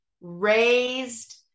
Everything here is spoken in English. raised